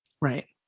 Right